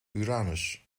uranus